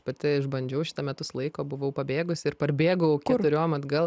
pati išbandžiau šitą metus laiko buvau pabėgusi ir parbėgau keturiom atgal